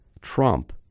Trump